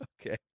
Okay